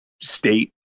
state